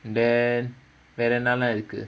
then வேற என்னல்லா இருக்கு:vera ennallaa irukku